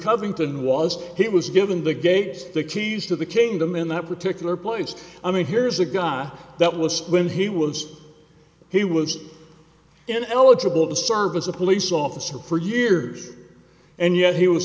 covington was he was given the gates the keys to the kingdom in that particular place i mean here's a guy that was when he was he was an eligible to serve as a police officer for years and yet he was